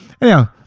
Anyhow